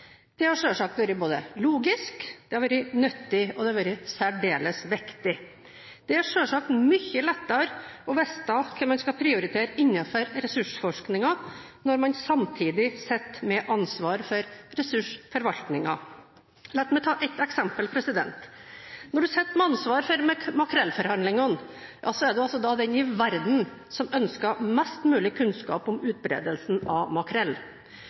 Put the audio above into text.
Det har selvsagt vært både logisk og nyttig, og det har vært særdeles viktig. Det er selvsagt mye lettere å vite hva man skal prioritere innenfor ressursforskningen, når man samtidig sitter med ansvaret for ressursforvaltningen. La meg ta ett eksempel. Når man sitter med ansvaret for makrellforhandlingene, er man altså den i verden som ønsker mest mulig kunnskap om utbredelsen av makrell.